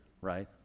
Right